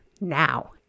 now